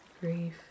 grief